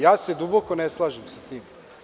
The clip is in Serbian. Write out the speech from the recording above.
Ja se duboko ne slažem sa tim.